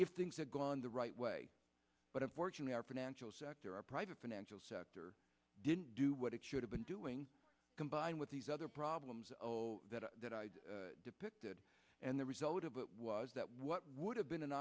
if things had gone the right way but unfortunately our financial sector our private financial sector didn't do what it should have been doing combined with these other problems that depicted and the result of it was that what would have been an